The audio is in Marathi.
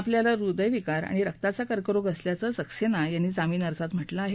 आपल्याला हुदयविकार आणि रक्ताचा कर्करोग असल्याचं सक्सेना यांनी जामीन अर्जात म्हटलं आहे